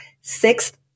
sixth